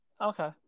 Okay